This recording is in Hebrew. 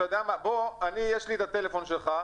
יש לי הטלפון שלך,